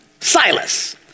Silas